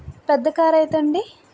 పెద్ద కార్ అయితే అండి